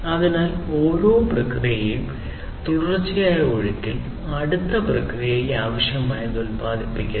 അതിനാൽ ഓരോ പ്രക്രിയയും തുടർച്ചയായ ഒഴുക്കിൽ അടുത്ത പ്രക്രിയയ്ക്ക് ആവശ്യമായത് ഉത്പാദിപ്പിക്കുന്നു